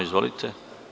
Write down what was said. Izvolite.